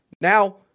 Now